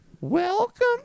Welcome